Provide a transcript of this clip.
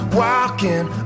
walking